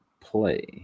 play